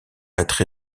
être